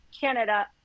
Canada